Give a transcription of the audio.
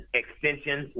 extension